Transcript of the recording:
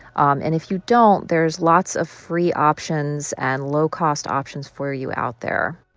um and if you don't, there's lots of free options and low-cost options for you out there